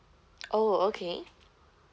oh okay